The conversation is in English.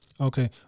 okay